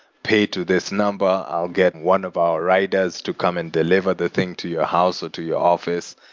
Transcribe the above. pay to this number. i'll get one of our riders to come and deliver the thing to your house, or to your office.